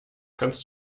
kannst